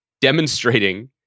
demonstrating